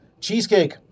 Cheesecake